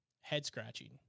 head-scratching